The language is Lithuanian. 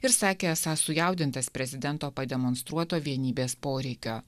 ir sakė esąs sujaudintas prezidento pademonstruoto vienybės poreikio